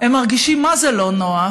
הם מרגישים מה זה לא נוח.